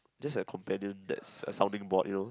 just like companion that's a sounding board you know